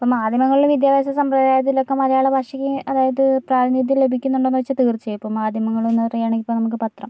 ഇപ്പോൾ മാധ്യമങ്ങളിൽ വിദ്യാഭ്യാസസമ്പ്രദായത്തിലൊക്കെ മലയാളഭാഷയ്ക്ക് അതായത് പ്രാതിനിധ്യം ലഭിക്കുന്നുണ്ടോന്ന് ചോദിച്ചാൽ തീർച്ചയായും ഇപ്പോൾ മാധ്യമങ്ങളെന്ന് പറയുകയാണെങ്കിൽ ഇപ്പോൾ നമുക്ക് പത്രം